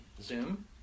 zoom